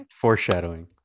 foreshadowing